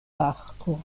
parko